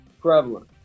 prevalent